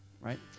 right